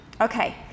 Okay